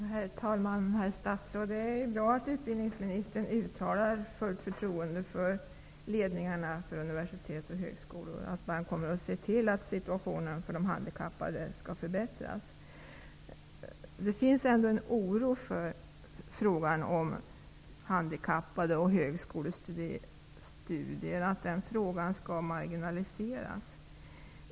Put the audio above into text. Herr talman! Herr statsråd! Det är bra att utbildningsministern uttalar fullt förtroende för att ledningarna för universitet och högskolor kommer att se till att situationen för handikappade studenter förbättras. Det finns ändå en oro för att frågan om högskolestudier för handikappade skall marginaliseras.